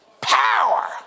Power